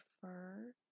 prefer